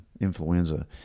influenza